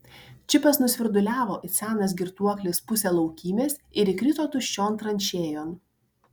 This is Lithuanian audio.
čipas nusvirduliavo it senas girtuoklis pusę laukymės ir įkrito tuščion tranšėjon